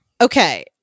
Okay